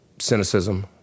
Cynicism